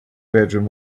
bedroom